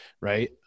right